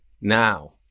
now